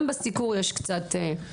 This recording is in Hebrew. גם בסיקור יש קצת.